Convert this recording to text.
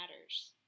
matters